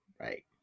right